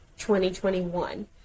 2021